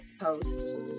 post